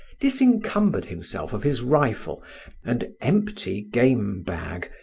disencumbered himself of his rifle and empty game-bag,